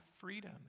freedom